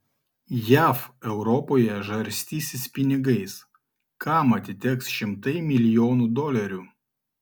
jav europoje žarstysis pinigais kam atiteks šimtai milijonų dolerių